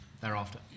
thereafter